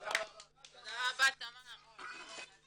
הישיבה ננעלה בשעה 12:40.